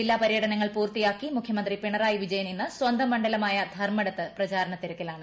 ജില്ലാപരൃടനങ്ങൾ പൂർത്തിയാക്കി മുഖ്യമന്ത്രി പിണറായി വിജയൻ ഇന്ന് സ്വന്തം മണ്ഡലമായ ധർമ്മടത്തു പ്രചാരണ തിരക്കിലാണ്